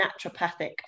naturopathic